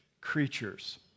creatures